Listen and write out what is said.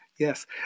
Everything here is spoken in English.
Yes